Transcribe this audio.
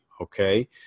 Okay